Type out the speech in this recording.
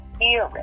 hearing